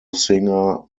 singer